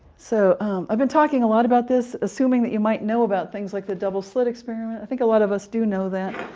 so i've been talking a lot about this, assuming that you might know about things like the double slit experiment. i think a lot of us do know that,